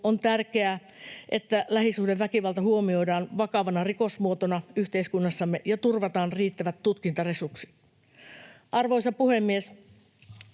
on tärkeää, että lähisuhdeväkivalta huomioidaan vakavana rikosmuotona yhteiskunnassamme ja turvataan riittävät tutkintaresurssit. Arvoisa puhemies!